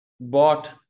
bought